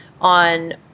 on